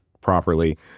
properly